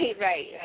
right